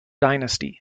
dynasty